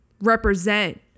represent